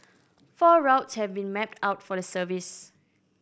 four routes have been mapped out for the service